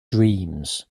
dreams